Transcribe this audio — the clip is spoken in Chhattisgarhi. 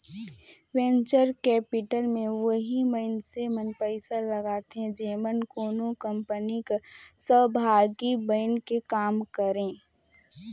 वेंचर कैपिटल में ओही मइनसे मन पइसा लगाथें जेमन कोनो कंपनी कर सहभागी बइन के काम करें